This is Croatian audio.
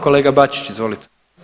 Kolega Bačić, izvolite.